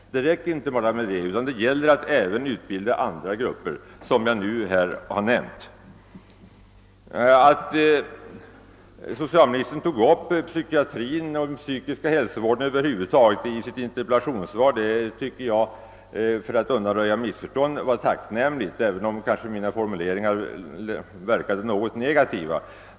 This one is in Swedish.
Nej, det gäller att även utbilda andra grupper, som jag här nämnt för insatser just på det psykoterapeutiska området. Att socialministern tog upp psykiatrin och den psykiska hälsovården över huvud taget i sitt interpellationssvar tycker jag var tacknämligt, även om mina kommentarer kanske verkade något negativa. Jag säger detta för att undvika missförstånd.